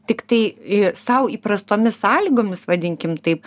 tiktai sau įprastomis sąlygomis vadinkim taip